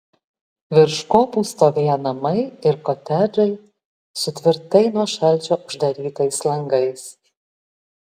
virš kopų stovėjo namai ir kotedžai su tvirtai nuo šalčio uždarytais langais